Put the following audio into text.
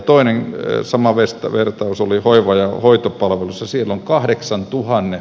sama vertaus oli hoiva ja hoitopalveluissa